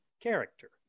character